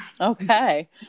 Okay